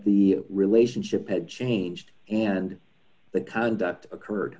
the relationship had changed and the conduct occurred